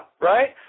right